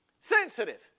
Sensitive